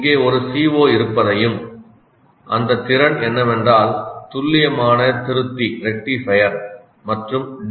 இங்கே ஒரு CO இருப்பதையும் அந்தத் திறன் என்னவென்றால் 'துல்லியமான திருத்தி மற்றும் டி